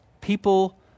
people